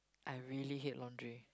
I really hate laundry